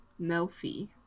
Melfi